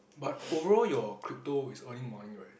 but overall your crypto is earning money right